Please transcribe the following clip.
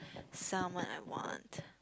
salmon I want